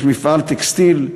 יש מפעל טקסטיל,